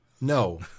No